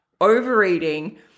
overeating